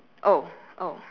oh oh